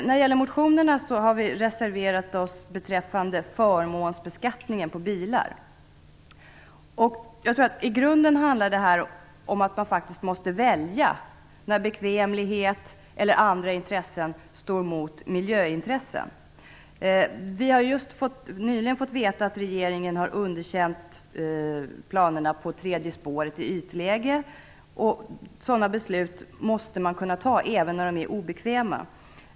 När det gäller motionerna har vi reserverat oss beträffande förmånsbeskattningen på bilar. I grunden handlar detta om att man faktiskt måste välja när bekvämlighet eller andra intressen står mot miljöintressen. Vi har nyligen fått veta att regeringen har underkänt planerna på det tredje spåret i ytläge. Sådana beslut måste man kunna ta även när de är obekväma.